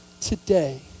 today